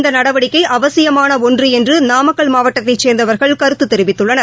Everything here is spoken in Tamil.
இந்தநடவடிக்கைஅவசியமானஒன்றுஎன்றுநாமக்கல் மாவட்டத்தைசேர்ந்தவர்கள் கருத்துதெரிவித்துள்ளனர்